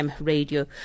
Radio